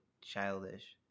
childish